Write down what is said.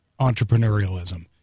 entrepreneurialism